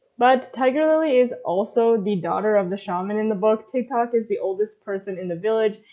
but tiger lily is also the daughter of the shaman. in the book tick tock is the oldest person in the village,